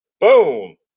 Boom